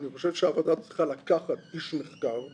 אני חושב שהוועדה צריכה לקחת איש מחקר,